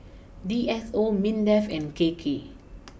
D S O Mindef and K K